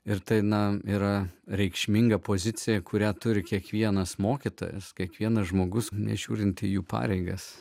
ir daina yra reikšminga pozicija kurią turi kiekvienas mokytojas kiekvienas žmogus nežiūrint į jų pareigas